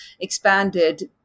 expanded